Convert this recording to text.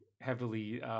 heavily